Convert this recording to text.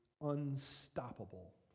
unstoppable